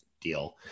deal